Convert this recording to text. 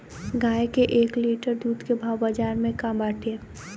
गाय के एक लीटर दूध के भाव बाजार में का बाटे?